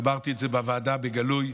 אמרתי את זה בוועדה בגלוי.